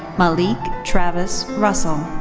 malik travis russell.